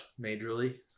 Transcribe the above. majorly